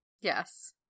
yes